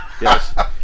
Yes